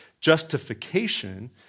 Justification